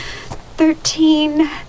Thirteen